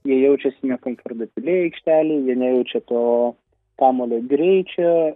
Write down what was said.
jie jaučiasi nekomfortabiliai aikštelėj jie nejaučia to kamuolio greičio